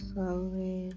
Slowly